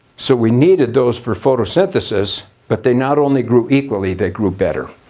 so we needed those for photosynthesis, but they not only grew equally they grew better.